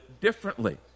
differently